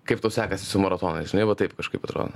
kaip sekasi su maratonais žinai va taip kažkaip atrodo